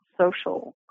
social